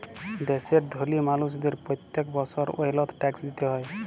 দ্যাশের ধলি মালুসদের প্যত্তেক বসর ওয়েলথ ট্যাক্স দিতে হ্যয়